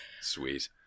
Sweet